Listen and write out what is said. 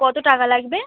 কতো টাকা লাগবে